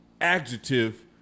adjective